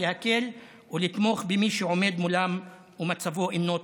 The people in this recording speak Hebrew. להקל ולתמוך במי שעומד מולם ומצבו אינו טוב.